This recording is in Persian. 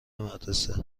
مدرسه